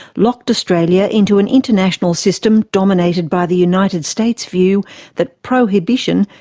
locked australia into an international system dominated by the united states' view that prohibition,